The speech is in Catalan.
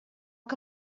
que